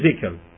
physical